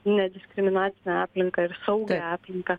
nediskriminacinę aplinką ir saugią aplinką